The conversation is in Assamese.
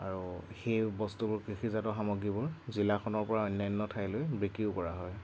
আৰু সেই বস্তুবোৰ কৃষিজাত সামগ্ৰীবোৰ জিলাখনৰ পৰা অন্যান্য ঠাইলৈ বিক্ৰীও কৰা হয়